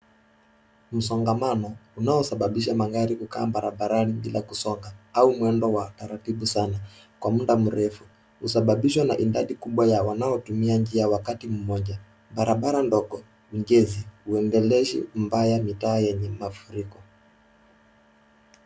Msongamano, unaosababisha magari kukaa barabarani bila kusonga au mwendo wa taratibu sana kwa muda mrefu. Husababishwa na idadi kubwa ya wanaotumia njia wakati moja. Barabara ndogo, migezi, huendeleshi mbaya mitaa yenye mafuriko.